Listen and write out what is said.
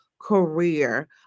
career